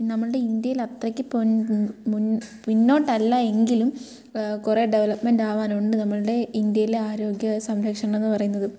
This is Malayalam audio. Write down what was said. നമ്മളുടെ ഇന്ത്യയിൽ അത്രയ്ക്ക് പൊന് മുൻ പിന്നോട്ടല്ലാ എങ്കിലും കുറെ ഡവലപ്മെൻറ്റാകാനുണ്ട് നമ്മളുടെ ഇന്ത്യയിലെ ആരോഗ്യ സംരക്ഷണം എന്ന് പറയുന്നത്